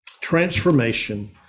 Transformation